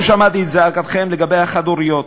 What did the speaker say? לא שמעתי את זעקתכם לגבי החד-הוריות,